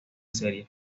serie